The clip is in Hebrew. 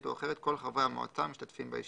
החליטו אחרת כל חברי המועצה המשתתפים בישיבה.